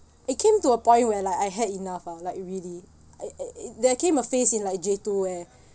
it came to a point where like I had enough ah like really I it it there came a phase in like j two where